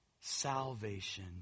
salvation